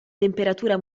temperatura